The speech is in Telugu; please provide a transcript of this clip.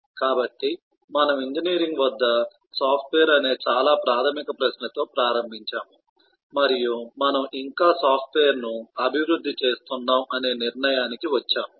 కాబట్టి మనం ఇంజనీరింగ్ వద్ద సాఫ్ట్వేర్ అనే చాలా ప్రాధమిక ప్రశ్నతో ప్రారంభించాము మరియు మనం ఇంకా సాఫ్ట్వేర్ను అభివృద్ధి చేస్తున్నాం అనే నిర్ణయానికి వచ్చాము